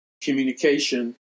communication